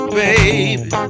baby